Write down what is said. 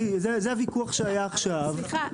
זה הוויכוח שהיה עכשיו,